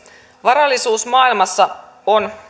varallisuus maailmassa on